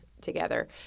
together